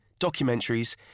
documentaries